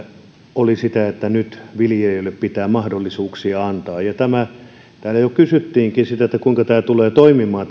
olivat sitä että nyt viljelijöille pitää mahdollisuuksia antaa täällä jo kysyttiinkin sitä kuinka tämä valtiontakausjärjestelmä tulee toimimaan